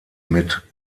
mit